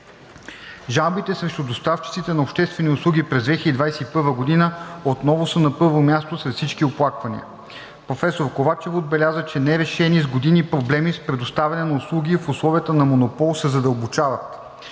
Жалбите срещу доставчиците на обществени услуги през 2021 г. отново са на първо място сред всички оплаквания. Професор Ковачева отбеляза, че нерешени с години проблеми с предоставяне на услуги в условията на монопол се задълбочават.